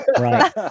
Right